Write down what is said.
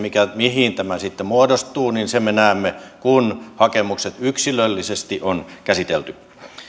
sen mihin tämä sitten muodostuu me näemme kun hakemukset yksilöllisesti on käsitelty